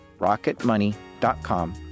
rocketmoney.com